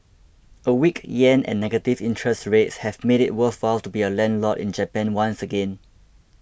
a weak yen and negative interest rates have made it worthwhile to be a landlord in Japan once again